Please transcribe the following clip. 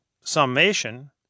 summation